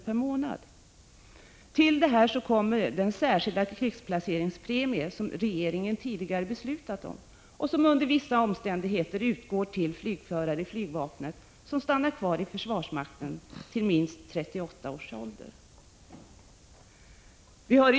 per månad. Härtill kommer den särskilda krigsplaceringspremie som regeringen tidigare har beslutat om och som under vissa omständigheter utgår till flygförare i flygvapnet som stannar kvar i försvarsmakten till minst 38 års ålder.